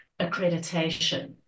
accreditation